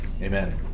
Amen